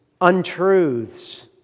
untruths